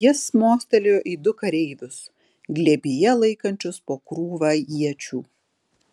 jis mostelėjo į du kareivius glėbyje laikančius po krūvą iečių